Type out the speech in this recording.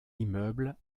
immeuble